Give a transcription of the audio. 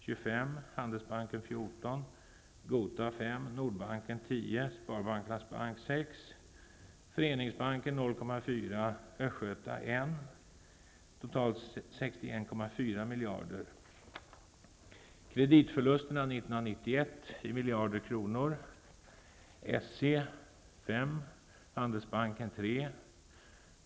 På ca 1 000 miljarder kronor i lån blir detta 20--30 miljarder kronor per år. 3.